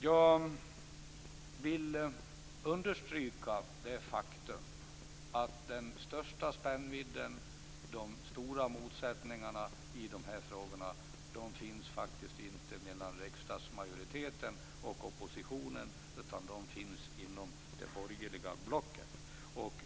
Jag vill understryka det faktum att den största spännvidden, de stora motsättningarna i dessa frågor faktiskt inte finns mellan riksdagsmajoriteten och oppositionen utan inom det borgerliga blocket.